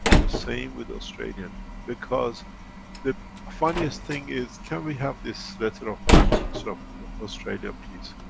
the same with australian. because the funniest thing is can we have this letter of prime minister of australia, please?